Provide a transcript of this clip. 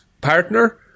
partner